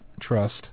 Trust